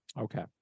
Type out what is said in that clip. Okay